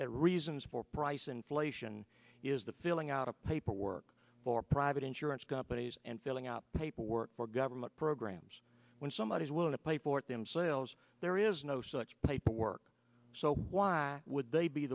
that reasons for price inflation is the feeling out of paperwork for private insurance companies and filling out paperwork for government programs when somebody is willing to pay for it themselves there is no such paperwork so why would they be